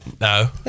No